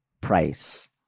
price